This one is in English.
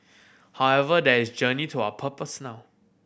however there is a journey to our purpose now